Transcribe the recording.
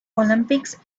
olympics